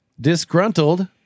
Disgruntled